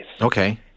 okay